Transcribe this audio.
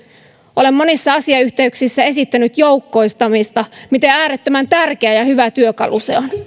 olen monissa asiayhteyksissä esittänyt joukkoistamista miten äärettömän tärkeä ja hyvä työkalu se on